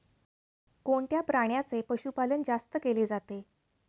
कोणत्या प्राण्याचे पशुपालन जास्त केले जाते?